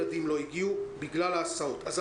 צריך להתחשב בעניין בגלל המצב שנוצר כאן עם הקורונה בחודש וחצי